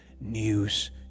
news